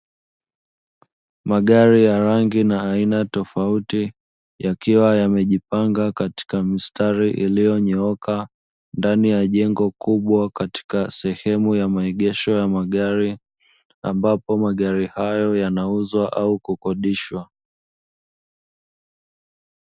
Magari ya rangi na aina tofauti yakiwa yamejipanga katika mstari iliyonyooka ndani jengo kubwa katika sehemu ya maegesho ya magari, ambapo magari hayo yanauzwa au kukodishwa.